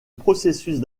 processus